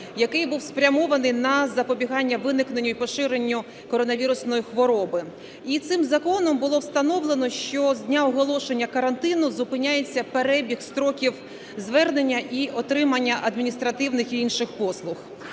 який був спрямований на запобігання виникненню і поширенню коронавірусної хвороби. І цим законом було встановлено, що з дня оголошення карантину зупиняється перебіг строків звернення і отримання адміністративних і інших послуг.